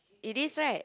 is this right